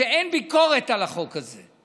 שאין ביקורת על החוק הזה.